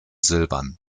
silbern